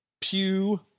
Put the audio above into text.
Pew